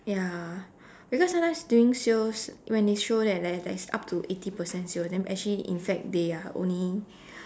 ya because sometimes during sales when they show that like there's up to eighty percent sales then actually in fact they are only